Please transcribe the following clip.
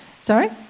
sorry